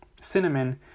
Cinnamon